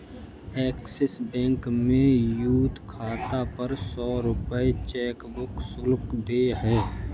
axis Bank में youth खाता पर सौ रूपये चेकबुक शुल्क देय है